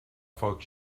foc